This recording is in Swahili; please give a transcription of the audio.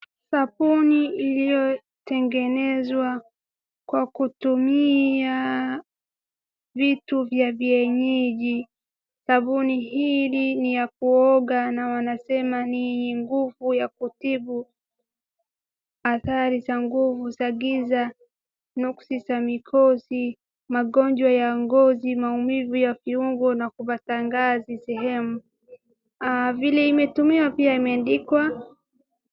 Sabuni iliyotengenezwa kwa kutumia vitu vya vienyeji, sabuni hii ni ya kuoga na wanasema ni nguvu ya kutibu athari za nguvu za giza, nuksi za mikosi, magonjwa ya ngozi, maumivu ya viungo na kupata ngazi sehemu. Vile imetumia pia imeandikwa.